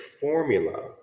formula